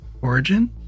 origin